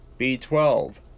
B12